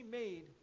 made